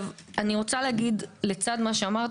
אני רוצה לומר לצד זה,